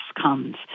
comes